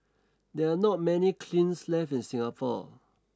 there are not many left in Singapore